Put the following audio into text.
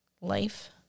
life